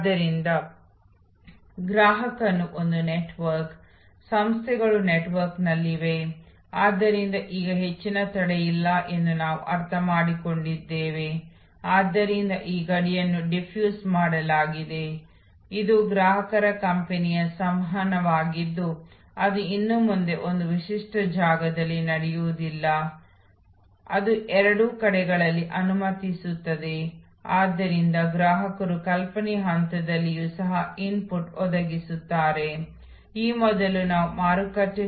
ಆದ್ದರಿಂದ ಗ್ರಾಹಕರು ಬರುತ್ತಾರೆ ಗ್ರಾಹಕರ ಪ್ರವೇಶ ಕೆಲವು ರೀತಿಯ ವಿಳಂಬವಿದೆ ಆದ್ದರಿಂದ ಇದು ಸ್ವಾಗತವಾಗಬಹುದು ಇದು ಟೇಬಲ್ ಬುಕಿಂಗ್ ವ್ಯವಸ್ಥೆಯಾಗಿರಬಹುದು ಇದು ಟಿಕೆಟ್ ಬುಕಿಂಗ್ ವ್ಯವಸ್ಥೆಯಾಗಿರಬಹುದು ಏನೇ ಇರಲಿ